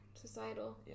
societal